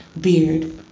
beard